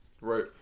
right